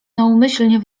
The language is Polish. naumyślnie